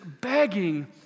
begging